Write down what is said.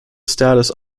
status